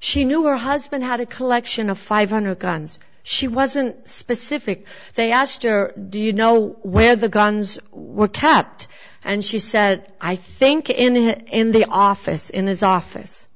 she knew her husband had a collection of five hundred guns she wasn't specific they asked her do you know where the guns were kept and she said i think in the in the office in his office